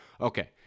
Okay